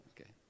Okay